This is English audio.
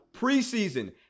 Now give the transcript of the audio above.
preseason